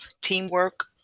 teamwork